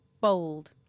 bold